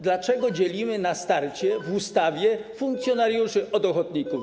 Dlaczego oddzielamy na starcie w ustawie funkcjonariuszy od ochotników?